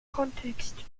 kontext